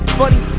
funny